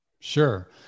Sure